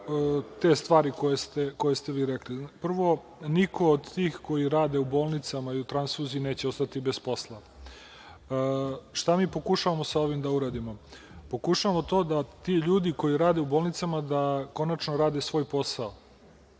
te stvari koje ste vi rekli. Prvo, niko od tih koji rade u bolnicama i u transfuziji neće ostati bez posla. Šta mi pokušavamo ovim da uradimo? Pokušavamo to da ti ljudi koji rade u bolnicama da konačno rade svoj posao,